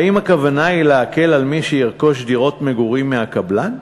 האם הכוונה היא להקל על מי שירכוש דירות מגורים מהקבלן?